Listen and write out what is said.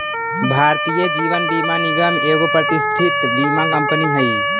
भारतीय जीवन बीमा निगम एगो प्रतिष्ठित बीमा कंपनी हई